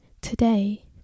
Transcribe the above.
Today